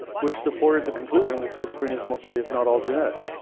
which supported the conclusion that schizophrenia's mostly, if not all, genetic.